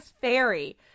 fairy